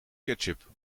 ketchup